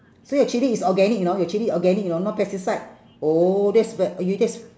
so your chilli is organic you know your chilli organic you know no pesticide oh that's ve~ !aiyo! that's